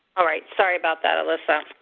all right. sorry about that, alissa.